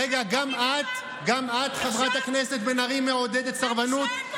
רגע, גם את, חברת הכנסת בן ארי, מעודדת סרבנות?